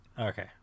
Okay